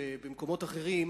ובמקומות אחרים,